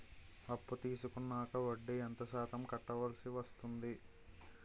అప్పు తీసుకున్నాక వడ్డీ ఎంత శాతం కట్టవల్సి వస్తుంది?